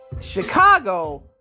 Chicago